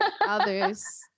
Others